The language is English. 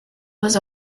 was